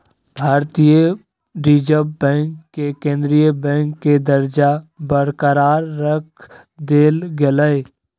भारतीय reserve bank के केंद्रीय बैंक के दर्जा बरकरार रख देल गेलय